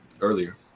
earlier